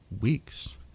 weeks